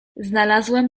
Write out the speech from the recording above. znalazłem